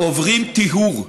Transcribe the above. עוברים טיהור,